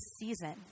season